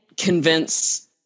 convince